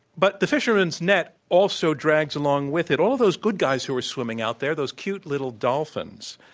but the fishermen's net also drags along with it all those good guys who are swimming out there, those cute little dolphins.